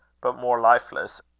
but more lifeless,